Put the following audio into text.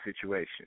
situation